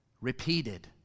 Repeated